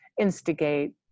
instigate